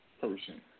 person